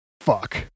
fuck